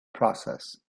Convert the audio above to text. process